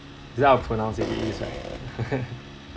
is that the pronunciation is right